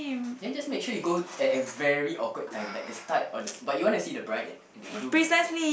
then just make sure you go at a very awkward time like the start or but you want to see the bride and groom right